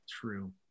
True